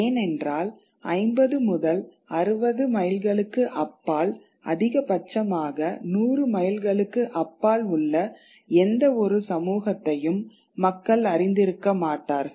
ஏனென்றால் 50 முதல் 60 மைல்களுக்கு அப்பால் அதிகபட்சமாக நூறு மைல்களுக்கு அப்பால் உள்ள எந்தவொரு சமூகத்தையும் மக்கள் அறிந்திருக்க மாட்டார்கள்